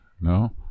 No